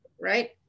right